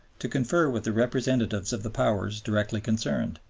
to confer with the representatives of the powers directly concerned.